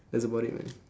that's about it man